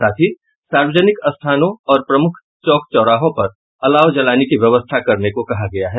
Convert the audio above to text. साथ ही सार्वजनिक स्थानों और प्रमुख चौक चौराहों पर अलाव जलाने की व्यवस्था करने को कहा गया है